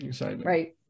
right